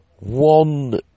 One